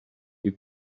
you